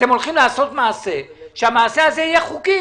אתם הולכים לעשות מעשה והמעשה הזה יהיה חוקי